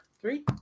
Three